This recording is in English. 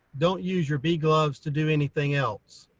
don't use your bee gloves to do anything else.